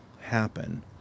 happen